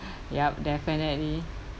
yup definitely